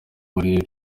muri